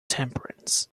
temperance